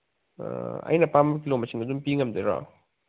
ꯑꯥ ꯑꯩꯅ ꯑꯄꯥꯝꯕ ꯀꯤꯂꯣ ꯃꯁꯤꯡꯗꯨ ꯑꯗꯨꯝ ꯄꯤ ꯉꯝꯗꯣꯏꯔꯣ